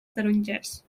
tarongers